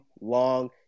long